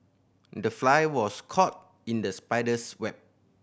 the fly was caught in the spider's web